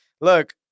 look